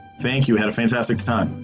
thank you. had a fantastic time.